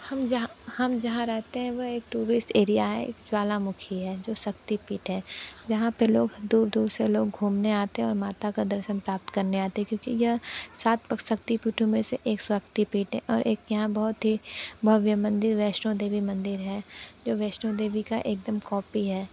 हम जहाँ हम जहाँ रहते हैं वो एक टूरिस्ट एरिया है एक ज्वालामुखी है जो शक्तिपीठ है यहां पर लोग दूर दूर से लोग घूमने आते हैं और माता का दर्शन प्राप्त करने आते हैं क्योंकि यह सात शक्तिपीठों में से एक शक्तिपीठ है एक यहाँ बहुत ही भव्य मंदिर वैष्णो देवी मंदिर है जो वैष्णों देवी का एकदम कॉपी है